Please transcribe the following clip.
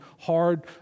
hard